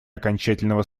окончательного